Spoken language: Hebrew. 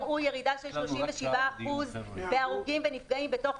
הראו ירידה של 37% בהרוגים ובנפגעים בתוך